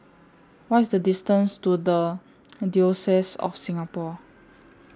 What IS The distance to The Diocese of Singapore